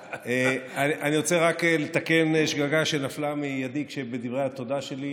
אני רוצה רק לתקן שגגה שנפלה מידי בדברי התודה שלי,